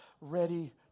ready